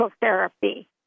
therapy